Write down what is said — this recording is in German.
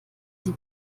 sie